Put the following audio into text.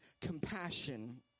compassion